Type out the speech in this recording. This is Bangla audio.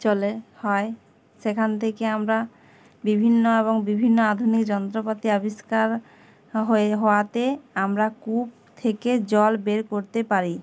চলে হয় সেখান থেকে আমরা বিভিন্ন এবং বিভিন্ন আধুনিক যন্ত্রপাতি আবিষ্কার হয়ে হওয়াতে আমরা কূপ থেকে জল বের করতে পারি